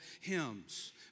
hymns